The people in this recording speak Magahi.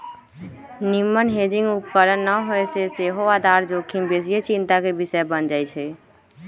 निम्मन हेजिंग उपकरण न होय से सेहो आधार जोखिम बेशीये चिंता के विषय बन जाइ छइ